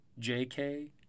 JK